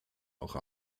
auch